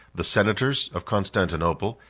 the senators of constantinople,